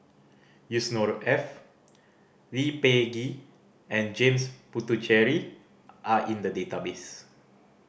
Yusnor Ef Lee Peh Gee and James Puthucheary are in the database